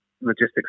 logistics